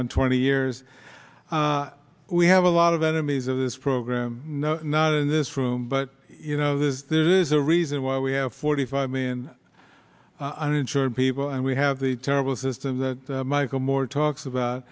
on twenty years we have a lot of enemies of this program no not in this room but you know there is there is a reason why we have forty five million uninsured people and we have the terrible system that michael moore talks about